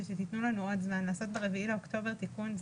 שתתנו לנו עוד זמן כי לעשות ב-4 באוקטובר תיקון,